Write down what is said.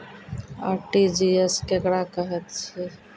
RTGS केकरा कहैत अछि?